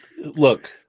look